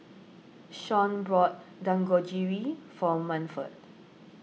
Shawnte bought Dangojiru for Manford